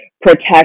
protect